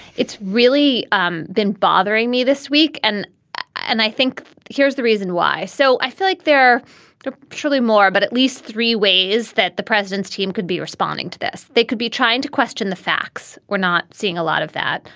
it's really um been bothering me this week. and and i think here's the reason why. so i feel like there are surely more, but at least three ways that the president's team could be responding to this. they could be trying to question the facts. we're not seeing a lot of that.